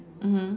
mmhmm